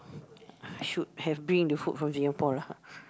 should have bring the food from Singapore lah